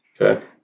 Okay